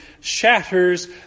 shatters